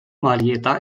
marietta